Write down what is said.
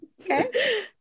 Okay